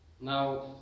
Now